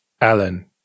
Alan